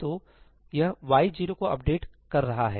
तो यह y 0 को अपडेट कर रहा है